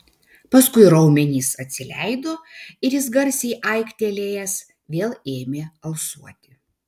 paskui raumenys atsileido ir jis garsiai aiktelėjęs vėl ėmė alsuoti